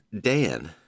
Dan